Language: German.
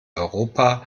europa